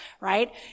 right